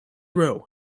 row